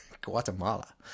Guatemala